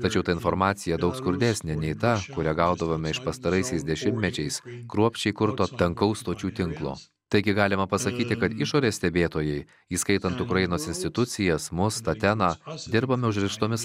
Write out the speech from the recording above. tačiau ta informacija daug skurdesnė nei ta kurią gaudavome iš pastaraisiais dešimtmečiais kruopščiai kurto tankaus stočių tinklo taigi galima pasakyti kad išorės stebėtojai įskaitant ukrainos institucijas mus tateną dirbame užrištomis